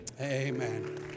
Amen